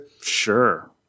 Sure